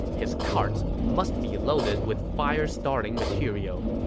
his carts must be loaded with fire-starting material.